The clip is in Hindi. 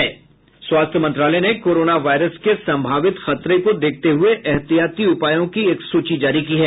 स्वास्थ्य मंत्रालय ने कोरोना वायरस के सम्भावित खतरे को देखते हुए ऐतिहाती उपायों की एक सूची जारी की है